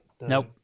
Nope